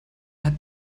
hat